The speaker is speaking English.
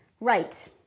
Right